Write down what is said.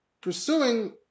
pursuing